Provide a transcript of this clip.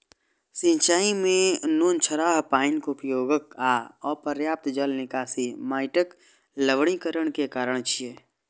सिंचाइ मे नोनछराह पानिक उपयोग आ अपर्याप्त जल निकासी माटिक लवणीकरणक कारण छियै